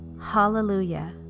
Hallelujah